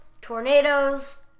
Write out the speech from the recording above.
tornadoes